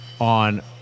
on